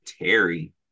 Terry